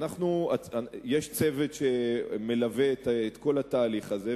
יש צוות שמלווה את כל התהליך הזה,